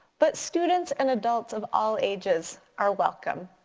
but students and adults of all ages are welcome.